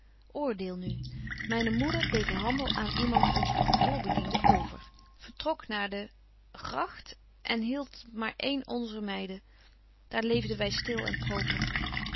oordeel nu myne moeder deedt den handel aan iemand onzer kantoorbedienden over vertrok naar de gragt en hielt maar eene onzer meiden daar leefden wy stil en proper